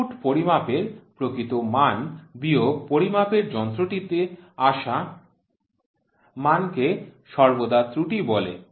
input পরিমাপের প্রকৃত মান বিয়োগ পরিমাপের যন্ত্রটিতে আশা মানকে সর্বদা ত্রুটি বলে